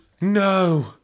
No